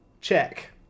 check